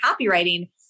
copywriting